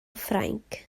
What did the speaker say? ffrainc